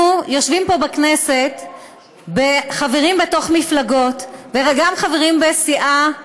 אנחנו יושבים פה בכנסת חברים בתוך מפלגות וגם חברים בסיעה,